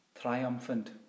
Triumphant